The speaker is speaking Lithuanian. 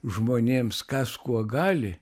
žmonėms kas kuo gali